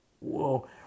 whoa